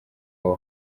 wabo